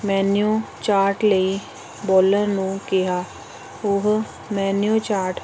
menu chart ਲਈ ਬੋਲਣ ਨੂੰ ਕਿਹਾ ਉਹ ਮੈਨਿਊ ਚਾਟ